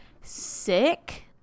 sick